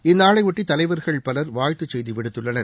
இந்நாளையொட்டி தலைவர்கள் பலர் வாழ்த்துச் செய்தி விடுத்துள்ளனர்